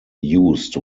used